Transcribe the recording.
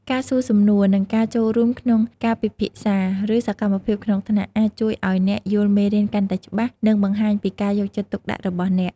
ការសួរសំណួរ និងការចូលរួមក្នុងការពិភាក្សា ឬសកម្មភាពក្នុងថ្នាក់ អាចជួយឱ្យអ្នកយល់មេរៀនកាន់តែច្បាស់ និងបង្ហាញពីការយកចិត្តទុកដាក់របស់អ្នក។